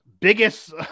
Biggest